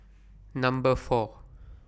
Number four